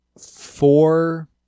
four